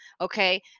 Okay